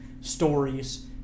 stories